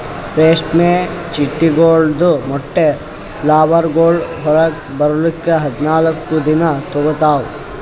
ರೇಷ್ಮೆ ಚಿಟ್ಟೆಗೊಳ್ದು ಮೊಟ್ಟೆ ಲಾರ್ವಾಗೊಳ್ ಹೊರಗ್ ಬರ್ಲುಕ್ ಹದಿನಾಲ್ಕು ದಿನ ತೋಗೋತಾವ್